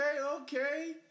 Okay